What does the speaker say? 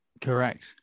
Correct